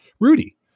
Rudy